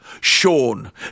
Sean